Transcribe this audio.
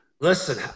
Listen